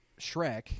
Shrek